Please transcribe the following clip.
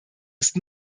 ist